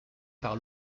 par